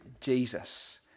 Jesus